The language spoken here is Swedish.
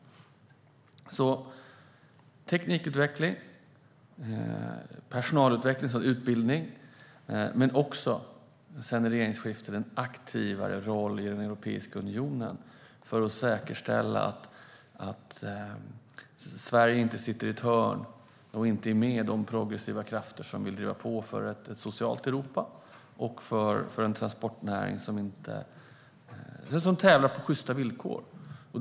Det krävs alltså teknikutveckling, personalutveckling och utbildning men också sedan regeringsskiftet en aktivare roll i Europeiska unionen för att säkerställa att Sverige inte sitter i ett hörn utan är med i de progressiva krafter som vill driva på för ett socialt Europa och för en transportnäring som tävlar på sjysta villkor.